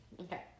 Okay